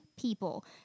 people